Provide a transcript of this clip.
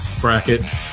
bracket